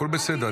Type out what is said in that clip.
הכול בסדר,